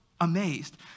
amazed